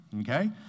Okay